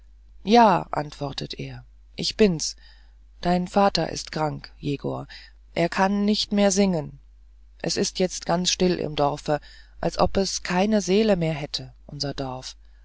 ja antwortet er ich bins dein vater ist krank jegor er kann nicht mehr singen es ist jetzt ganz still im dorfe als ob es keine seele mehr hätte unser dorf